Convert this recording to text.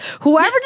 Whoever